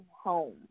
Home